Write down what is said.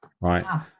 right